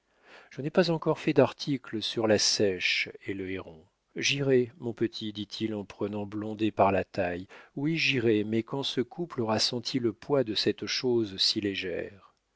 je n'ai pas encore fait d'article sur la seiche et le héron j'irai mon petit dit-il en prenant blondet par la taille oui j'irai mais quand ce couple aura senti le poids de cette chose si légère